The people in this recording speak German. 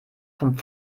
vom